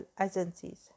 agencies